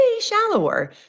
shallower